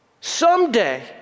Someday